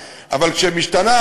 משתנה,